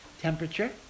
temperature